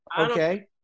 okay